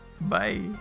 bye